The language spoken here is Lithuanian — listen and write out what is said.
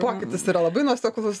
pokytis yra labai nuoseklus